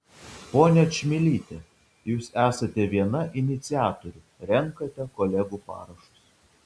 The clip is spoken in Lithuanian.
ponia čmilyte jūs esate viena iniciatorių renkate kolegų parašus